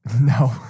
No